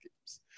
games